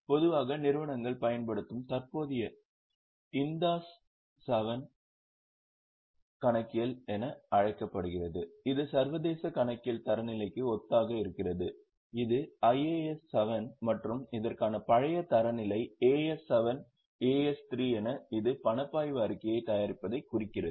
பொதுவாக நிறுவனங்கள் பயன்படுத்தும் தற்போதைய கணக்கியல் இந்தாஸ் 7 என அழைக்கப்படுகிறது இது சர்வதேச கணக்கியல் தரநிலைக்கு ஒத்ததாக இருக்கிறது இது ஐஏஎஸ் 7 மற்றும் இதற்கான பழைய தரநிலை AS 7 AS 3 என இது பணப்பாய்வு அறிக்கையைத் தயாரிப்பதைக் குறிக்கிறது